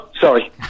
Sorry